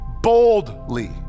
boldly